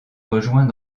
rejoint